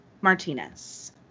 Martinez